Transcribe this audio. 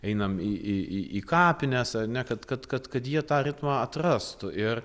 einam į į į į kapines ar ne kad kad kad kad jie tą ritmą atrastų ir